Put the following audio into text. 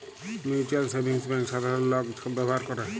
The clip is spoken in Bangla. মিউচ্যুয়াল সেভিংস ব্যাংক সাধারল লক ছব ব্যাভার ক্যরে